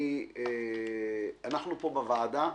אנחנו פה בוועדה,